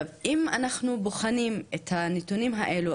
אם אנחנו בוחנים את הנתונים האלה,